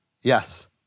yes